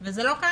אבל זה לאקרה.